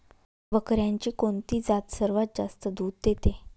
बकऱ्यांची कोणती जात सर्वात जास्त दूध देते?